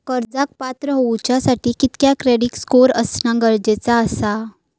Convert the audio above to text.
कर्जाक पात्र होवच्यासाठी कितक्या क्रेडिट स्कोअर असणा गरजेचा आसा?